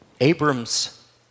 Abram's